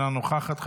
אינה נוכחת,